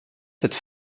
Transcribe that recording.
cette